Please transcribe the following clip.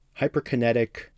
hyperkinetic